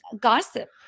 gossip